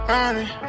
running